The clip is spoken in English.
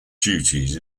duties